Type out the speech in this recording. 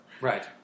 Right